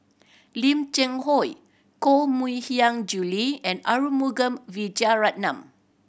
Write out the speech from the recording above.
Lim Cheng Hoe Koh Mui Hiang Julie and Arumugam Vijiaratnam